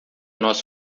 nosso